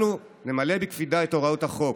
אנחנו נמלא בקפידה את הוראות החוק.